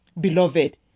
Beloved